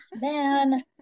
man